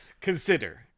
consider